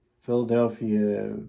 Philadelphia